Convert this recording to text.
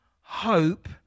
hope